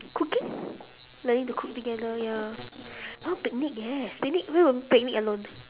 cooking learning to cook together ya oh picnic yes picnic where got people picnic alone